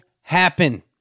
happen